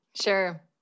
Sure